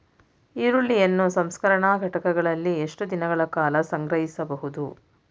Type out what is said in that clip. ಈರುಳ್ಳಿಯನ್ನು ಸಂಸ್ಕರಣಾ ಘಟಕಗಳಲ್ಲಿ ಎಷ್ಟು ದಿನಗಳ ಕಾಲ ಸಂಗ್ರಹಿಸಬಹುದು?